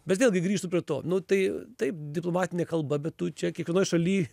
bet vėlgi grįžtu prie to nu tai taip diplomatinė kalba bet tu čia kiekvienoj šaly